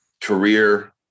career